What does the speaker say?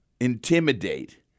intimidate